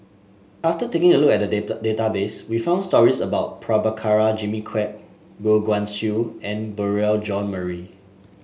after taking a look at the database we found stories about Prabhakara Jimmy Quek Goh Guan Siew and Beurel Jean Marie